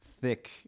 thick